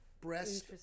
breast